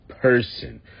Person